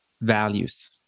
values